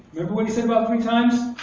remember what said about three times?